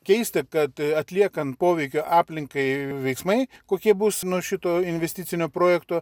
keista kad atliekant poveikio aplinkai veiksmai kokie bus nuo šito investicinio projekto